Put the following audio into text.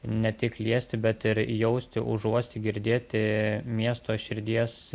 ne tik liesti bet ir jausti užuosti girdėti miesto širdies